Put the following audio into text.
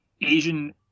Asian